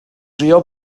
drio